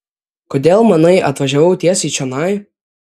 kodėl manai atvažiavau tiesiai čionai